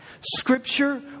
Scripture